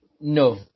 No